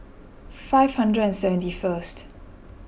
five hundred and seventy first